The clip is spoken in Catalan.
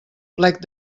plec